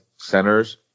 centers